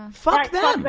fuck them,